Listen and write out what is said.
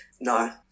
no